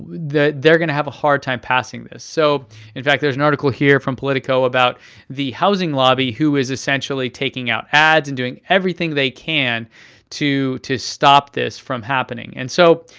they're gonna have a hard time passing this. so in fact, there's an article here from politico about the housing lobby, who is essentially taking out ads and doing everything they can to to stop this from happening. and so